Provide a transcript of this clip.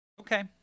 Okay